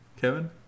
Kevin